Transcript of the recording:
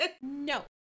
no